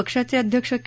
पक्षाचे अध्यक्ष के